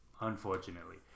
unfortunately